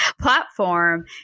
platform